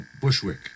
Bushwick